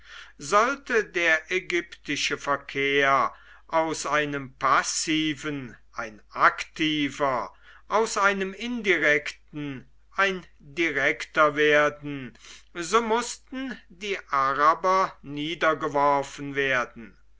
sollte der ägyptische verkehr aus einem passiven ein aktiver aus einem indirekten ein direkter werden so mußten die araber niedergeworfen werden